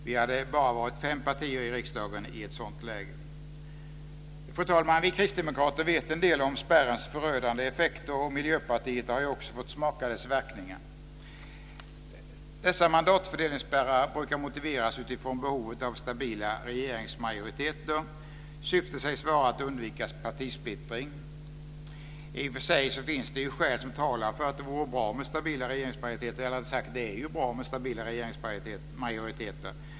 Vi hade bara varit fem partier i riksdagen i ett sådant läge. Fru talman! Vi kristdemokrater vet en del om spärrens förödande effekter, och Miljöpartiet har ju också fått smaka dess verkningar. Dessa mandatfördelningsspärrar brukar motiveras utifrån behovet av stabila regeringsmajoriteter. Syftet sägs vara att undvika partisplittring. I och för sig finns det skäl som talar för att det vore bra med stabila regeringsmajoriteter - eller rättare sagt så är det bra med stabila regeringsmajoriteter.